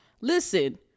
Listen